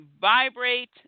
vibrate